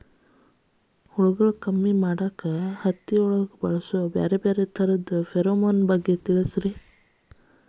ಹುಳುಗಳು ಕಮ್ಮಿ ಮಾಡಾಕ ಹತ್ತಿನ್ಯಾಗ ಬಳಸು ಬ್ಯಾರೆ ಬ್ಯಾರೆ ತರಾ ಫೆರೋಮೋನ್ ಬಲಿ ತಿಳಸ್ರಿ